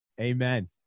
Amen